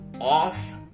off